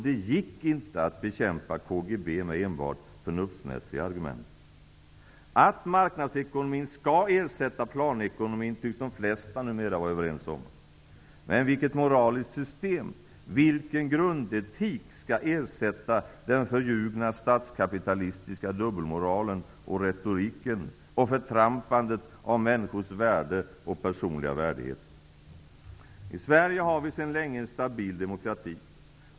Det gick inte att bekämpa KGB med enbart förnuftsmässiga argument! Att marknadsekonomin skall ersätta planekonomin tycks de flesta numera vara överens om. Men vilket moraliskt system, vilken grundetik skall ersätta den förljugna statskapitalistiska dubbelmoralen och retoriken och förtrampandet av människors värde och personliga värdighet? I Sverige har vi sedan länge en stabil demokrati.